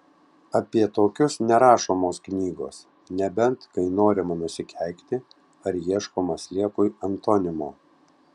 apie tokius nerašomos knygos nebent kai norima nusikeikti ar ieškoma sliekui antonimo